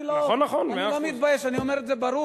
אני לא מתבייש, אני אומר את זה ברור.